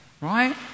Right